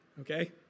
okay